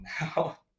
now